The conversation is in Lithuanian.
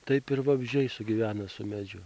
taip ir vabzdžiai sugyvena su medžiu